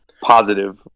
positive